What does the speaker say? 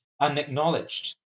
unacknowledged